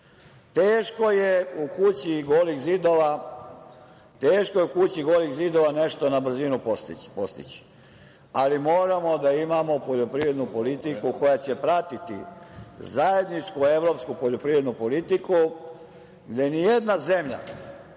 Teško je u kući golih zidova nešto na brzinu postići, ali moramo da imamo poljoprivrednu politiku koja će pratiti zajedničku evropsku poljoprivrednu politiku gde ni jedna zemlja